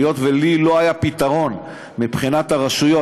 היות שלי לא היה פתרון מבחינת הרשויות,